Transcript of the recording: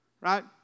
Right